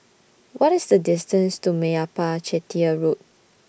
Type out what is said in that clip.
What IS The distance to Meyappa Chettiar Road